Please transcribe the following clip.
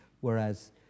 whereas